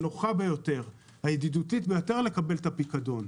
הנוחה והידידותית ביותר לקבל את הפיקדון.